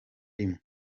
rimwe